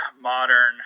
modern